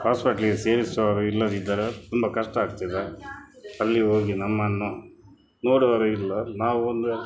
ಹಾಸ್ಪಿಟ್ಲಿಗೆ ಸೇರಿಸುವವರು ಇಲ್ಲದಿದ್ದರೆ ತುಂಬ ಕಷ್ಟ ಆಗ್ತದೆ ಅಲ್ಲಿ ಹೋಗಿ ನಮ್ಮನ್ನು ನೋಡುವವರು ಇಲ್ಲ ನಾವು ಒಂದು